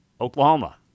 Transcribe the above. Oklahoma